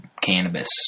cannabis